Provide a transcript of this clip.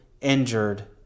injured